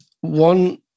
One